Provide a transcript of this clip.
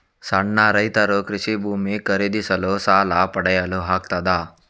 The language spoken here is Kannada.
ಸಣ್ಣ ರೈತರು ಕೃಷಿ ಭೂಮಿ ಖರೀದಿಸಲು ಸಾಲ ಪಡೆಯಲು ಆಗ್ತದ?